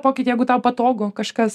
pokytį jeigu tau patogu kažkas